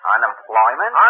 Unemployment